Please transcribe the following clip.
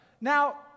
Now